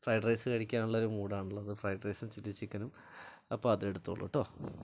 fried rice കഴിക്കാനുള്ള ഒരു മൂഡാണുള്ളത് ഫ്രൈഡ് റൈസും ചില്ലി ചിക്കനും അപ്പോൾ അത് എടുത്തോളൂ കേട്ടോ